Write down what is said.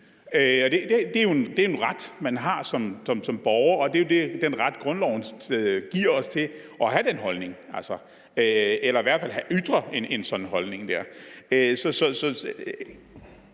det er jo en ret, man har som borger; grundloven giver os jo ret til at have den holdning eller i hvert fald ytre en sådan holdning